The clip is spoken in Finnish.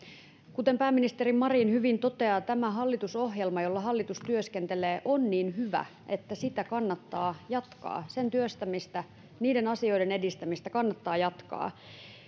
kuten pääministeri marin hyvin toteaa tämä hallitusohjelma jolla hallitus työskentelee on niin hyvä että kannattaa jatkaa sen työstämistä niiden asioiden edistämistä kannattaa jatkaa